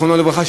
זיכרונו לברכה,